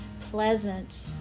pleasant